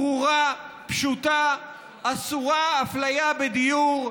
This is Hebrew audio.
ברורה, פשוטה: אסורה אפליה בדיור.